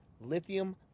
lithium